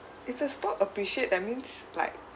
if a stock appreciate that means like